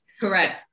Correct